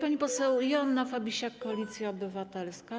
Pani poseł Joanna Fabisiak, Koalicja Obywatelska.